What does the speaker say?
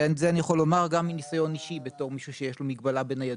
את זה אני יכול לומר גם מניסיון אישי בתור מישהו שיש לו מגבלה בניידות.